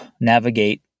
navigate